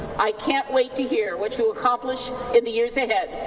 i can't wait to hear what you accomplish in the years ahead.